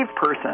person